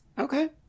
Okay